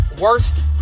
Worst